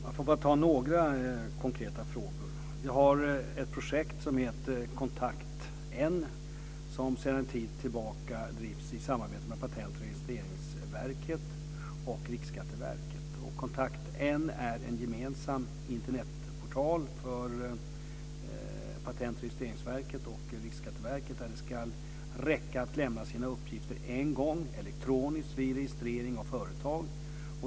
Fru talman! För att ta några konkreta frågor kan jag nämna att vi har ett projekt som heter Kontakt N, som sedan en tid tillbaka drivs i samarbete med Patent och registreringsverket samt Riksskatteverket. Kontakt N är en gemensam Internetportal för Patentoch registreringsverket samt Riksskatteverket där det ska räcka att lämna sina uppgifter en gång, elektroniskt, vid registrering av företag.